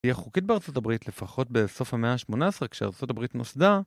תהיה חוקית בארה״ב לפחות בסוף המאה ה-18 כשארה״ב נוסדה